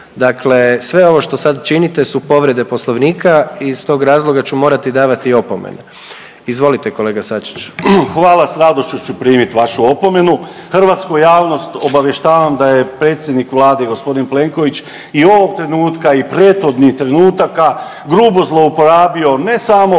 Dakle, sve ovo što sad činite su povrede Poslovnika i iz tog razloga ću morati davati opomene. Izvolite kolega Sačić. **Sačić, Željko (Hrvatski suverenisti)** Hvala. Sa radošću ću primiti vašu opomenu. Hrvatsku javnost obavještavam da je predsjednik Vlade gospodin Plenković i ovog trenutka i prethodnih trenutaka grubo zlouporabio ne samo